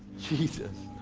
jesus,